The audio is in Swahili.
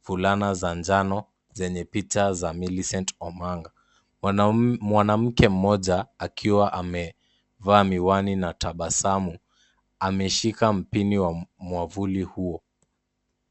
fulana za njano zenye picha za Milicent Omanga. Mwanamke moja akiwa amevaa miwani na tabasamu ameshika mbini wa mwavuli huo.